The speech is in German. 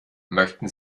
möchten